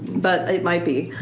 but it might be.